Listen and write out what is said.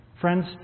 Friends